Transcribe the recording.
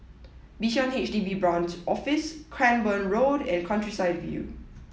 Bishan H D B Branch Office Cranborne Road and Countryside View